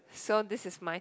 so this is my